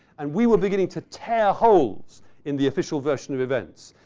and we were beginning to tear holes in the official version of events.